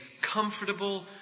comfortable